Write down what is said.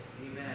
Amen